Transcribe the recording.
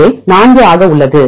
ஏ 4 ஆக உள்ளது